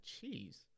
cheese